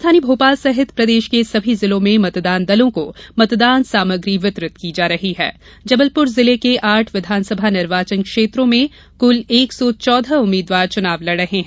राजधानी भोपाल सहित प्रदेश के सभी जिलों में मतदान दलों को मतदान सामग्री वितरित की जा रही है जबलपुर जिले के आठ विधानसभा निर्वाचन क्षेत्रों में कुल एक सौ चौदह उम्मीदवार चुनाव लड़ रहे हैं